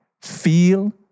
Feel